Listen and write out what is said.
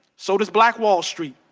so does black wall street,